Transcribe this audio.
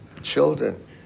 children